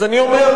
אז אני אומר,